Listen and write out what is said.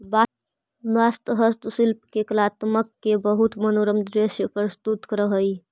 बाँस हस्तशिल्पि के कलात्मकत के बहुत मनोरम दृश्य प्रस्तुत करऽ हई